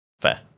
Fair